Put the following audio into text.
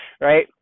Right